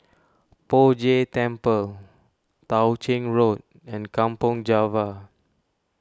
Poh Jay Temple Tao Ching Road and Kampong Java